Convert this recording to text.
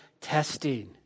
testing